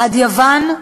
עד יוון,